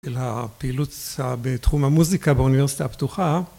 של הפעילות בתחום המוזיקה באוניברסיטה הפתוחה